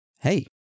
hey